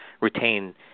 retain